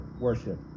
worship